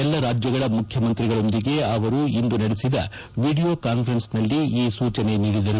ಎಲ್ಲ ರಾಜ್ಯಗಳ ಮುಖ್ಯಮಂತ್ರಿಗಳೊಂದಿಗೆ ಅವರು ಇಂದು ನಡೆಸಿದ ವಿಡಿಯೋ ಕಾನ್ಫರೆನ್ಸ್ನಲ್ಲಿ ಅವರು ಈ ಸೂಜನೆ ನೀಡಿದರು